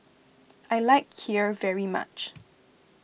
I like Kheer very much